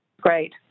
great